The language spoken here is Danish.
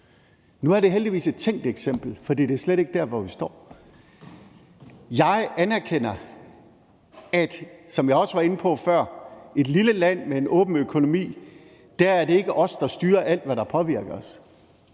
Nu er det heldigvis et tænkt eksempel, for det er slet ikke der, hvor vi står. Jeg anerkender – som jeg også var inde på før – at det i et lille land med en åben økonomi ikke er os, der styrer alt, hvad der påvirker os.